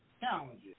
challenges